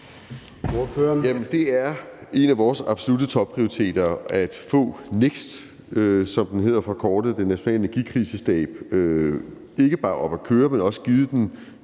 Det er en af vores absolutte topprioriteter at få NEKST, som den hedder i forkortet form, altså den nationale energikrisestab, ikke bare op at køre, men også givet